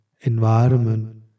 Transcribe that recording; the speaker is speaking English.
environment